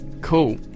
Cool